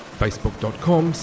facebook.com